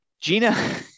Gina